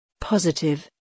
Positive